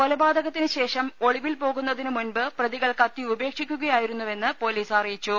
കൊലപാതകത്തിന് ശേഷം ഒളിവിൽ പോകുന്നതിന് മൂൻപ്പ് ക ത്തി ഉപേക്ഷിക്കുകയായിരുന്നെന്ന് പോലീസ് അറിയിച്ചു